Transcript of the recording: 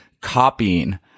copying